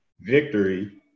victory